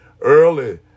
Early